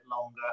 longer